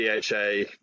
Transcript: dha